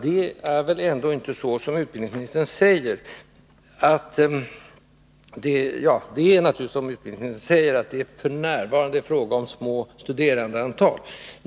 Det är naturligtvis så, som utbildningsministern säger, att det f. n. är små ämnen i fråga om studerandeantal.